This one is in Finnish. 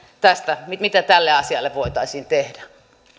tästä mitä tälle asialle voitaisiin tehdä